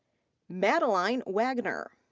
madeline waggoner.